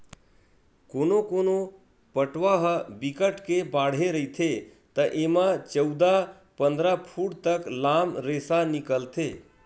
कोनो कोनो पटवा ह बिकट के बाड़हे रहिथे त एमा चउदा, पंदरा फूट तक लाम रेसा निकलथे